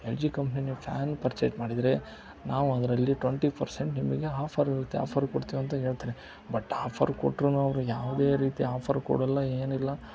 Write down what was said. L G company ನೀವು fan purchase ಮಾಡಿದರೆ ನಾವು ಅದರಲ್ಲಿ ಟ್ವಂಟಿ ಪರ್ಸೆಂಟ್ ನಿಮಗೆ ಹಾಫರ್ ಇರುತ್ತೆ ಆಫರ್ ಕೊಡ್ತೀವಿ ಅಂತ ಹೇಳ್ತಾರೆ ಬಟ್ ಹಾಫರ್ ಕೊಟ್ರೂ ಅವರು ಯಾವುದೇ ರೀತಿ ಆಫರ್ ಕೊಡೋಲ್ಲ ಏನಿಲ್ಲ